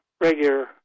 regular